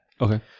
Okay